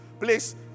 Please